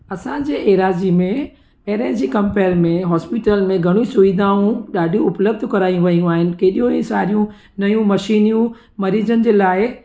असांजे एराज़ी में पहिरीं जी कंपेयर में हॉस्पिटल में घणी सुविधाऊं ॾाढी उपलब्ध कराई वयूं आहिनि केॾियूं ई सारियूं नयूं मशीनियूं मरीज़नि जे लाइ